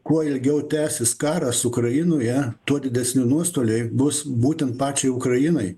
kuo ilgiau tęsis karas ukrainoje tuo didesni nuostoliai bus būtent pačiai ukrainai